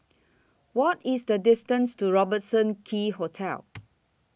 What IS The distance to Robertson Quay Hotel